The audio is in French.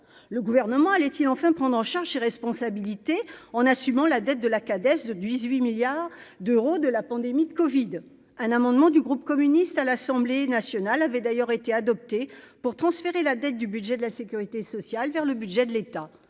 le gouvernement allait-il enfin prendre en charge ses responsabilités en assumant la dette de la cadette de 18 milliards d'euros de la pandémie de Covid un amendement du groupe communiste à l'Assemblée nationale avait d'ailleurs été adoptées pour transférer la dette du budget de la Sécurité sociale vers le budget de l'État